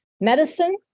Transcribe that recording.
medicine